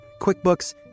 QuickBooks